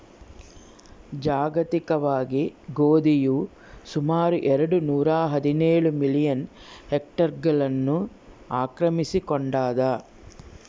ಜಾಗತಿಕವಾಗಿ ಗೋಧಿಯು ಸುಮಾರು ಎರೆಡು ನೂರಾಹದಿನೇಳು ಮಿಲಿಯನ್ ಹೆಕ್ಟೇರ್ಗಳನ್ನು ಆಕ್ರಮಿಸಿಕೊಂಡಾದ